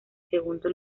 segundo